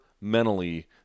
mentally